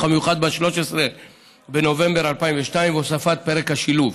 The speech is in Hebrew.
המיוחד ב-13 בנובמבר 2002 ולהוספת פרק השילוב,